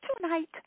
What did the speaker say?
tonight